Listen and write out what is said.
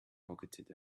pocketed